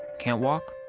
can't walk,